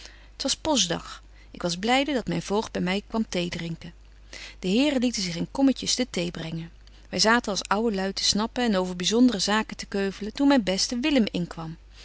t was postdag ik was blyde dat myn voogd by my kwam thee drinken de heren lieten zich in kommetjes de thee brengen wy zaten als ouwe lui te snappen en over byzondere zaken te keuvelen toen myn beste willem inkwam